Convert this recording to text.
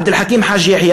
עבד אל חכים חאג' יחיא,